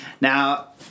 Now